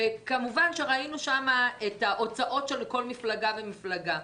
כמובן ראינו שם את ההוצאות של כל מפלגה ומפלגה.